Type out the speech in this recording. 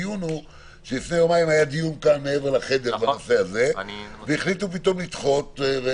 לפני יומיים היה דיון כאן מעבר לחדר בנושא הזה והחליטו פתאום לדחות.